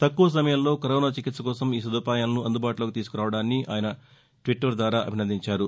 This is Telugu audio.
తక్కువ సమయంలో కరోనా చికిత్స కోసం ఈ సదుపాయాలను అందుబాటులోకి తీసుకురావడాన్ని ఆయన ట్విట్లర్ ద్వారా అభినందించారు